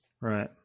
Right